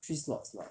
three slots lah